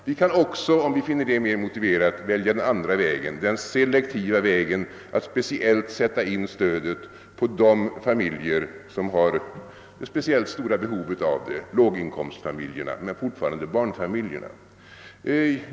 Vi kan också — om vi finner det mer motiverat — välja den andra vägen, den selektiva vägen där vi sätter in stödet på de familjer som har speciellt stort behov av ett stöd, d. v. s.